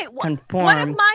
conform